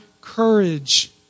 courage